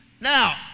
Now